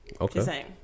Okay